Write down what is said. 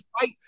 fight